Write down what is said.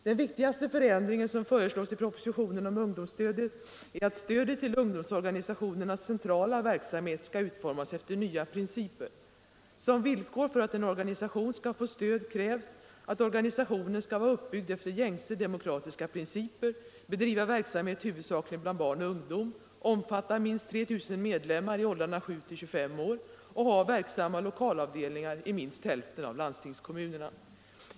Den viktigaste förändring som föreslås i propositionen om ungdomsstödet är att stödet till ungdomsorganisationernas centrala verksamhet skall utformas efter nya principer. Som villkor för att en organisation skall få stöd krävs att organisationen skall vara uppbyggd efter gängse demokratiska principer, bedriva verksamhet huvudsakligen bland barn och ungdom, omfatta minst 3 000 medlemmar i åldrarna 7-25 år och ha verksamma lokalavdelningar i minst hälften av landstingskommunerna.